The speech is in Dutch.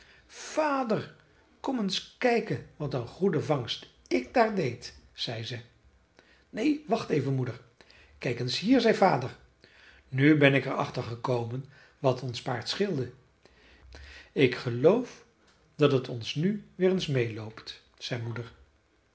vader kom eens kijken wat een goede vangst ik daar deed zei ze neen wacht even moeder kijk eens hier zei vader nu ben ik erachter gekomen wat ons paard scheelde ik geloof dat het ons nu weer eens meêloopt zei moeder